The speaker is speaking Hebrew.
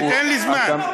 אין לי זמן.